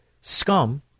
scum